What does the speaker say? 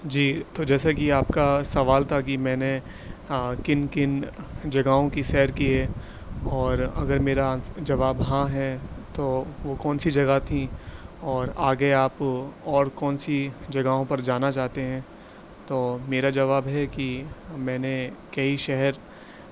جی تو جیسا کہ آپ کا سوال تھا کہ میں نے کن کن جگہوں کی سیر کی ہے اور اگر میرا آنس جواب ہاں ہے تو وہ کون سی جگہ تھی اور آگے آپ اور کون سی جگہوں پر جانا چاہتے ہیں تو میرا جواب ہے کہ میں نے کئی شہر